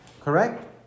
Correct